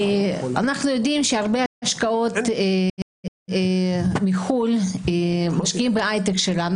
אנחנו יודעים שהרבה השקעות מחוץ לארץ מושקעות בהיי-טק שלנו,